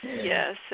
yes